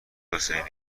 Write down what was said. حسینی